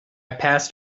passed